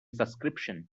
subscription